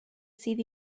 sydd